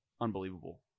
unbelievable